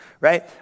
right